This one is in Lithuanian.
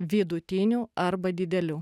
vidutiniu arba dideliu